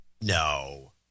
No